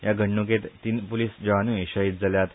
या घडणुकेन तीन पुलिस जवानूय शहीद जाल्यात